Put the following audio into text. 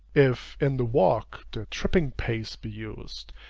if, in the walk, the tripping pace be used,